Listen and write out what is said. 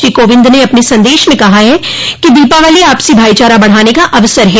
श्री कोविंद ने अपने संदेश में कहा है कि दीपावली आपसी भाईचारा बढ़ाने का अवसर है